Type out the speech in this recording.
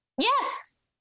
yes